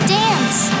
dance